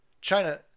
China